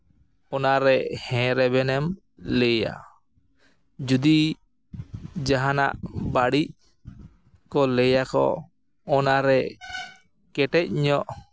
ᱚᱱᱟᱨᱮ ᱦᱮᱸ ᱨᱮᱵᱮᱱ ᱮᱢ ᱞᱟᱹᱭᱟ ᱡᱩᱫᱤ ᱡᱟᱦᱟᱸᱱᱟᱜ ᱵᱟᱹᱲᱤᱡ ᱠᱚ ᱞᱟᱹᱭ ᱟᱠᱚ ᱚᱱᱟᱨᱮ ᱠᱮᱴᱮᱡ ᱧᱚᱜ